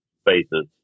spaces